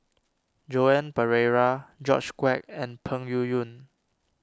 Joan Pereira George Quek and Peng Yuyun